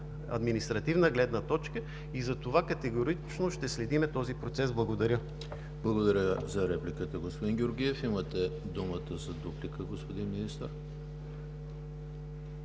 административна гледна точка и затова категорично ще следим този процес. Благодаря. ПРЕДСЕДАТЕЛ ЕМИЛ ХРИСТОВ: Благодаря за репликата, господин Георгиев. Имате думата за дуплика, господин Министър.